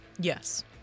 yes